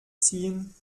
ziehen